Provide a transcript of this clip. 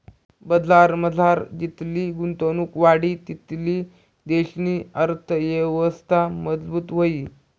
बजारमझार जितली गुंतवणुक वाढी तितली देशनी अर्थयवस्था मजबूत व्हयी